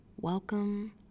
Welcome